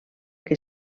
que